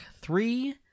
Three